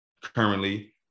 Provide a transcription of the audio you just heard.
currently